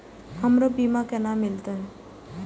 हमरो बीमा केना मिलते?